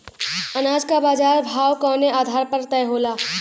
अनाज क बाजार भाव कवने आधार पर तय होला?